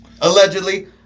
Allegedly